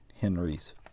Henry's